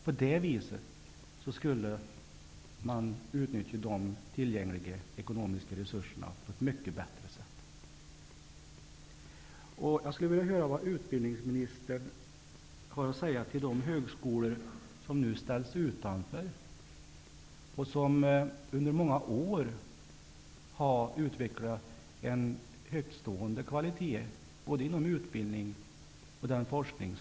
På det viset skulle man utnyttja de tillgängliga ekonomiska resurserna på ett mycket bättre sätt. Jag skulle vilja höra vad utbildningsministern har att säga till de högskolor som nu ställs utanför, som under många år har utvecklat en högtstående kvalitet både inom utbildning och forskning.